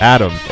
Adam